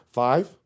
five